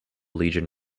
legion